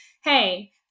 hey